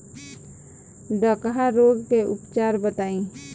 डकहा रोग के उपचार बताई?